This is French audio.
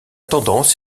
tendance